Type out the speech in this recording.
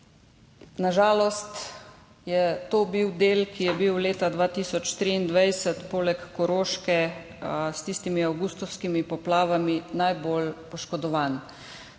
Na žalost je bil to del, ki je bil leta 2023 poleg Koroške s tistimi avgustovskimi poplavami najbolj poškodovan.